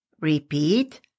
Repeat